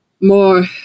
more